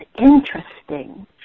interesting